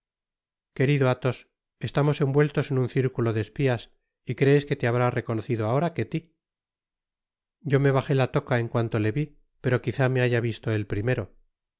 querido athos estamos envueltos en un círculo de espías y crees que te habrá reconocido ahora ketty yo me bajé la toca en cuanto le vi pero quizá me haya visto él primero